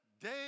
day